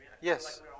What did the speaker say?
Yes